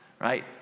right